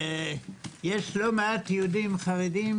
יש לא מעט יהודים חרדים,